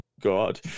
god